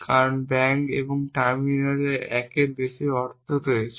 কারণ ব্যাঙ্ক এবং টার্মিনালের 1টির বেশি অর্থ রয়েছে